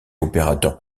opérateurs